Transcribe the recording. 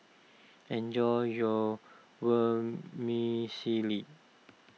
enjoy your Vermicelli